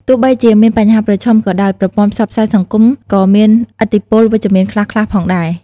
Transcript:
ទោះបីជាមានបញ្ហាប្រឈមក៏ដោយ ប្រព័ន្ធផ្សព្វផ្សាយសង្គមក៏មានឥទ្ធិពលវិជ្ជមានខ្លះៗផងដែរ។